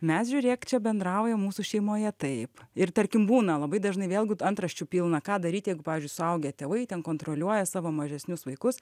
mes žiūrėk čia bendraujam mūsų šeimoje taip ir tarkim būna labai dažnai vėlgi antraščių pilna ką daryt jeigu pavyzdžiui suaugę tėvai ten kontroliuoja savo mažesnius vaikus